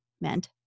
meant